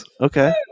okay